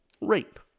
rape